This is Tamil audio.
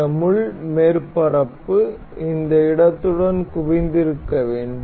இந்த முள் மேற்பரப்பு இந்த இடத்துடன் குவிந்திருக்க வேண்டும்